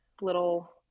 little